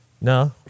No